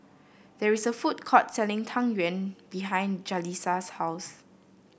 there is a food court selling Tang Yuen behind Jaleesa's house